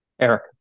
Eric